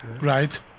Right